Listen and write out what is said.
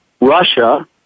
Russia